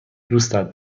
دوستت